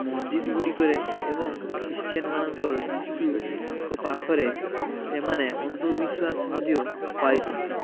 ମସଜିଦ୍ ଗୁଡ଼ିକରେ ଏବଂ ଖ୍ରୀଷ୍ଟିୟାନମାନଙ୍କର ଯୀଶୁଙ୍କ ପାଖରେ ଏମାନେ ଅନ୍ଧବିଶ୍ଵାସ ମଧ୍ୟ ପାଇଥାନ୍ତି